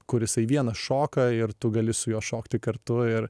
kur jisai vienas šoka ir tu gali su juo šokti kartu ir